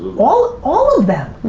all all of them.